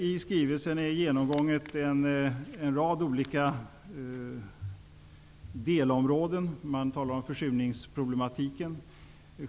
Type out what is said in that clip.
I skrivelsen finns en genomgång av en rad olika delområden. Det talas bl.a. om försurningsproblematiken.